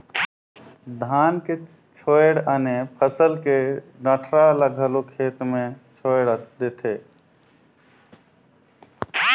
धान के छोयड़ आने फसल के डंठरा ल घलो खेत मे छोयड़ देथे